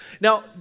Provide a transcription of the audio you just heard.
Now